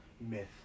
myth